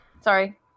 Sorry